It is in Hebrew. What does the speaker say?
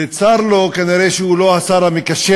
וצר לו כנראה שהוא לא השר המקשר,